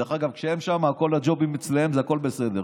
דרך אגב, כשהם שם, כל הג'ובים אצלם, הכול בסדר.